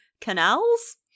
Canals